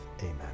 Amen